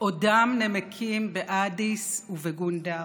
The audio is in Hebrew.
עודם נמקים באדיס ובגונדר,